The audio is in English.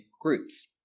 groups